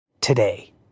Today